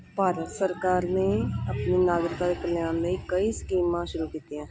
ਭਾਰਤ ਸਰਕਾਰ ਨੇ ਆਪਣੀ ਨਾਗਰਿਕਾਂ ਦੇ ਕਲਿਆਣ ਲਈ ਕਈ ਸਕੀਮਾਂ ਸ਼ੁਰੂ ਕੀਤੀਆਂ ਹਨ